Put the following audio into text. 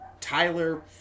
Tyler